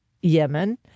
Yemen